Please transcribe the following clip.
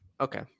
Okay